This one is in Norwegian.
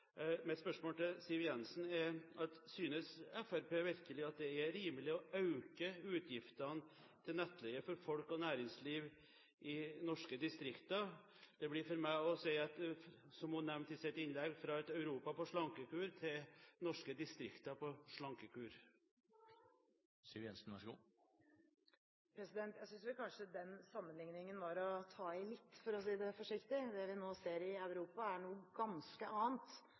Mitt spørsmål til Siv Jensen er: Synes Fremskrittspartiet virkelig at det er rimelig å øke utgiftene til nettleie for folk og næringsliv i norske distrikter? Det blir for meg som å si – som hun nevnte i sitt innlegg – at man går fra et Europa på slankekur til norske distrikter på slankekur. Jeg synes vel kanskje den sammenligningen var å ta i litt, for å si det forsiktig. Det vi nå ser i Europa, er noe ganske annet